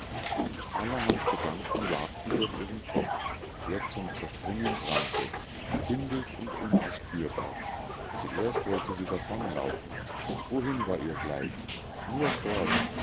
allerhand gedanken jagten durch ihren kopf der zum zerspringen brannte kindisch und unausführbar zuerst wollte sie davonlaufen wohin war ihr gleich nur fort